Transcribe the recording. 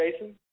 Jason